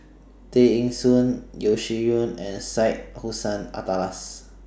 Tay Eng Soon Yeo Shih Yun and Syed Hussein Alatas